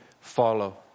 follow